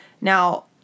Now